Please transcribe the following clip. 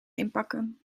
inpakken